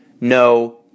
No